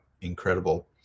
incredible